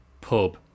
pub